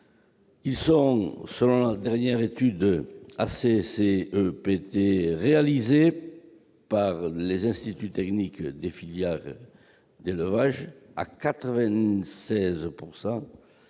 ils sont, selon la dernière étude ACCEPT réalisée par les instituts techniques des filières d'élevage, à 96